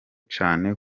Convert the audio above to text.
cane